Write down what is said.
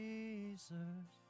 Jesus